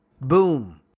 Boom